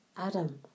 Adam